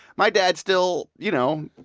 my dad still, you know,